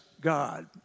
God